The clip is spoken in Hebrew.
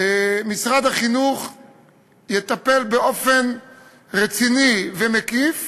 משרד החינוך יטפל באופן רציני ומקיף